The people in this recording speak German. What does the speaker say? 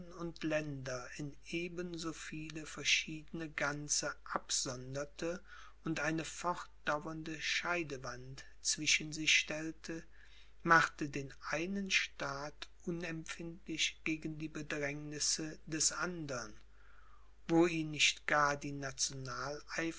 und länder in eben so viele verschiedene ganze absonderte und eine fortdauernde scheidewand zwischen sie stellte machte den einen staat unempfindlich gegen die bedrängnisse des andern wo ihn nicht gar die